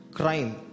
crime